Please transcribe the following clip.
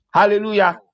Hallelujah